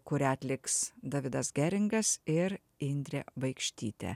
kurią atliks davidas geringas ir indrė baikštytė